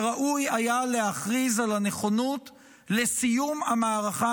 שראוי היה להכריז על הנכונות לסיום המערכה